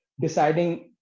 deciding